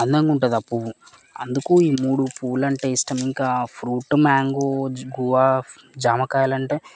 అందంగుంటుంది ఆ పువ్వు అందుకు ఈ మూడు పూలు అంటే ఇష్టం ఇంకా ఫ్రూట్ మ్యాంగో గువ్వా జామకాయలంటే